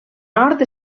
nord